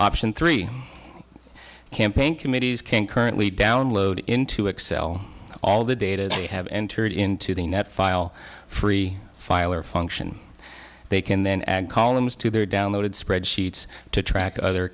option three campaign committees can currently download into excel all the data they have entered into the net file free file or function they can then add columns to their downloaded spreadsheets to track other